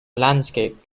landscaped